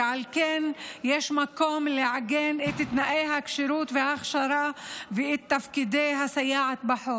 ועל כן יש מקום לעגן את תנאי הכשירות וההכשרה ואת תפקידי הסייעת בחוק.